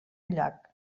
llac